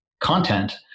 content